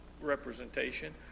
representation